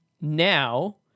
now